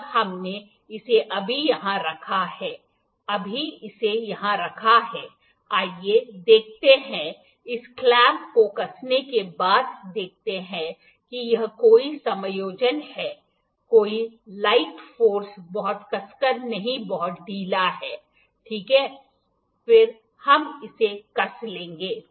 जब हमने इसे अभी यहाँ रखा है अभी इसे यहाँ रखा है आइए देखते हैं इस क्लैंप को कसने के बाद देखते हैं कि यह कोई समायोजन है कोई लाइफ फोर्स बहुत कसकर नहीं बहुत ढीला है ठीक है फिर हम इसे कस लेंगे